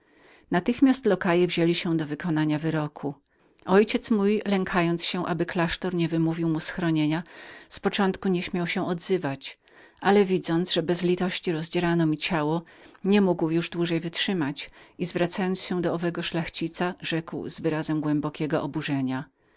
natychmiast lokaje wzięli się do wykonania wyroku mój ojciec lękając się aby klasztór nie wymówił mu schronienia z początku nie śmiał się odzywać ale midzącwidząc że bez litości rozdzierano mi ciało nie mógł już dłużej wytrzymać i zwracając się do jegomości rzekł z wyrazem głębokiego oburzenia